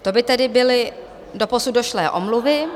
To by tedy byly doposud došlé omluvy.